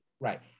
Right